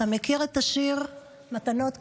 אתה מכיר את השיר: "מתנות קטנות,